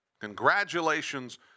Congratulations